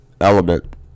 Element